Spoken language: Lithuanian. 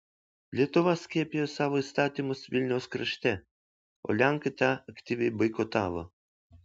lietuva skiepijo savo įstatymus vilniaus krašte o lenkai tą aktyviai boikotavo